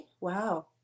wow